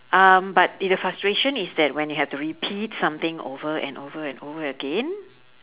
um but it's the frustration is that when you have to repeat something over and over and over again